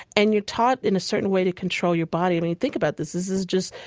and you're taught in a certain way to control your body. i mean, think about this. this is just,